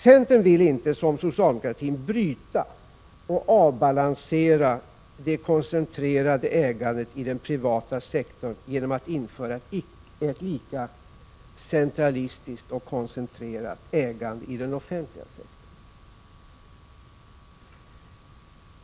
Centern vill inte, som socialdemokratin, bryta och avbalansera det koncentrerade ägandet i den privata sektorn genom att införa ett lika centralistiskt och koncentrerat ägande i den offentliga sektorn.